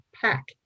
pack